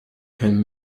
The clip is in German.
kein